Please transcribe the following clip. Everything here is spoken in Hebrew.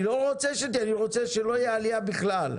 אני רוצה שלא תהיה עלייה בכלל,